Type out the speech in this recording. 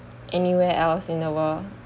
anywhere else in the world